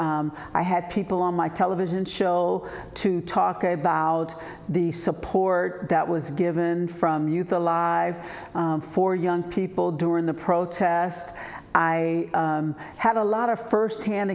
i had people on my television show to talk about the support that was given from youth alive for young people during the protest i had a lot of first hand